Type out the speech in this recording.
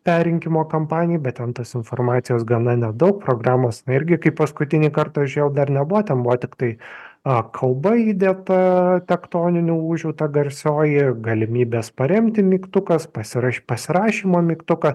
perrinkimo kampanijai bet ten tos informacijos gana nedaug programos irgi kaip paskutinį kartą žėjau dar nebuvo ten buvo tiktai a kalba įdėta tektoninių lūžių ta garsioji galimybės paremti mygtukas pasira pasirašymo mygtuką